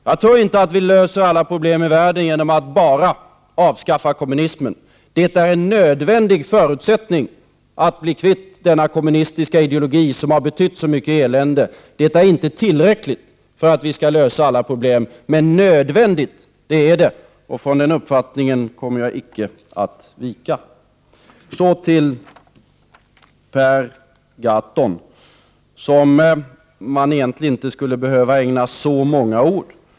Jag tror inte att vi löser alla problem i världen bara genom att avskaffa kommunismen. Det är en nödvändig förutsättning att bli kvitt denna kommunistiska ideologi, som har betytt så mycket elände. Det är inte tillräckligt för att vi skall lösa alla problem, men det är nödvändigt. Från den uppfattningen kommer jag icke att vika. Så till Per Gahrton, som man egentligen inte skulle behöva ägna så många ord.